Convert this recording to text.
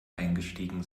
eingestiegen